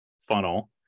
funnel